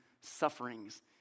sufferings